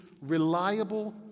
reliable